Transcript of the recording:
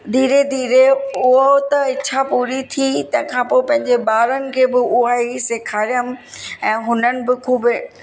धीरे धीरे उहो त इच्छा पूरी थी तंहिं खां पोइ पंहिंजे ॿारनि खे बि उहा ई सेखारियमि ऐं हुननि बि ख़ूबु